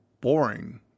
boring